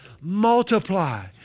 multiply